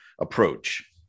approach